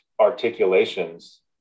articulations